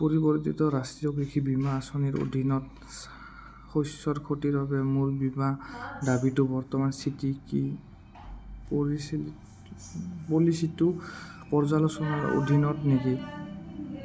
পৰিৱৰ্তিত ৰাষ্ট্ৰীয় কৃষি বীমা আঁচনিৰ অধীনত শস্যৰ ক্ষতিৰ বাবে মোৰ বীমা দাবীটোৰ বৰ্তমান স্থিতি কি পলিচী পলিচীটো পৰ্যালোচনাৰ অধীনত নেকি